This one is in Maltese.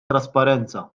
trasparenza